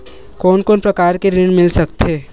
कोन कोन प्रकार के ऋण मिल सकथे?